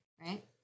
right